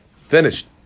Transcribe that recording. Finished